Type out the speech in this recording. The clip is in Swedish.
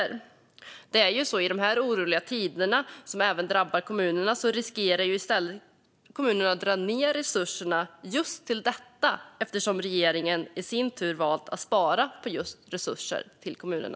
När det är sådana tider, vilket drabbar även kommunerna, finns en risk att de drar ned på resurserna till just sådant eftersom regeringen i sin tur har valt att spara på resurserna till kommunerna.